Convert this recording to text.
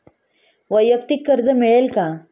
वैयक्तिक कर्ज मिळेल का?